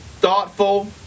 Thoughtful